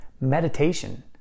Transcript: meditation